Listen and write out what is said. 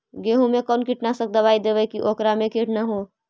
गेहूं में कोन कीटनाशक दबाइ देबै कि ओकरा मे किट न हो?